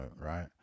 right